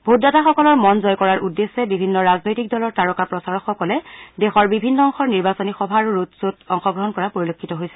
ভোটদাতাসকলৰ মন জয় কৰাৰ উদ্দেশ্যে বিভিন্ন ৰাজনৈতিক দলৰ তাৰকা প্ৰচাৰকসকলে দেশৰ বিভিন্ন অংশৰ নিৰ্বাচনী সভা আৰু ৰোড শব্ত অংশগ্ৰহণ কৰা পৰিলক্ষিত হৈছে